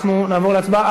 אנחנו נעבור להצבעה.